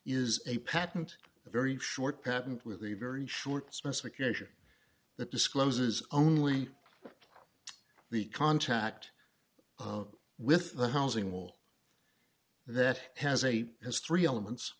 is a patent a very short patent with a very short specification that discloses only the contact with the housing will that has a has three elements